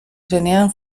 zenean